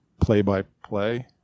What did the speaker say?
play-by-play